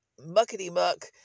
muckety-muck